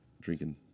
drinking